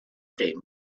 tempo